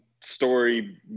story